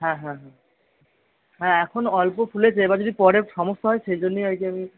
হ্যাঁ হ্যাঁ হ্যাঁ হ্যাঁ এখন অল্প ফুলেছে এবার যদি পরে সমস্যা হয় সেই জন্যই আর কি আমি